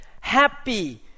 happy